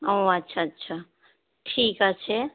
ও আচ্ছা আচ্ছা ঠিক আছে